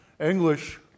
English